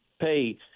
pay